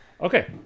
Okay